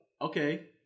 Okay